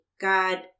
God